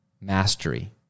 mastery